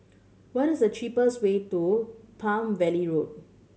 what the cheapest way to Palm Valley Road